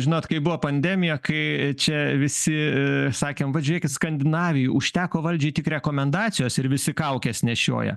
žinot kai buvo pandemiją kai čia visi sakėm vat žiūrėkit skandinavijų užteko valdžiai tik rekomendacijos ir visi kaukes nešioja